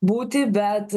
būti bet